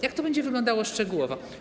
Jak to będzie wyglądało szczegółowo?